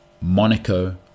Monaco